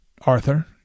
Arthur